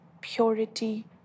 purity